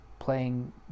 Playing